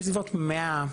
ליוויתי כבר 100,